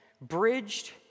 bridged